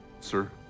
Sir